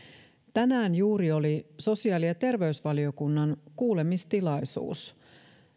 tänään juuri oli sosiaali ja terveysvaliokunnan kuulemistilaisuus